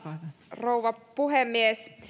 rouva puhemies